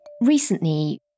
recently